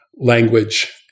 language